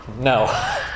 no